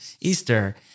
Easter